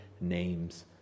name's